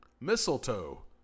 Mistletoe